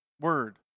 word